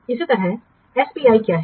इसी तरह एसपीआई क्या है